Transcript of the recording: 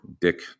dick